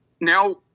now